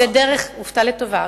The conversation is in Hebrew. הופתע לטובה.